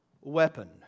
weapon